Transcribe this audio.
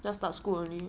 要 start school already